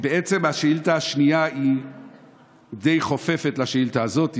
בעצם השאילתה השנייה היא די חופפת לשאילתה הזאת.